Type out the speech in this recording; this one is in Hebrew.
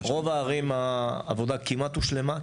רוב הערים העבודה כמעט הושלמה.